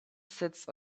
sits